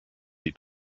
die